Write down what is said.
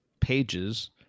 pages